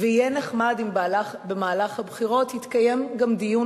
ויהיה נחמד אם במהלך הבחירות יתקיים גם דיון